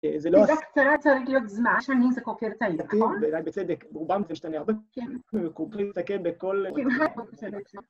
זה רק קצרה, צריך להיות זמן, שאני אעשה כל כך הרבה ירצה לדעתי, ואולי בצדק רובם זה משתנה הרבה כן קרוב להתעכב בכל כמעט עוד בצדק שם